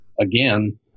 again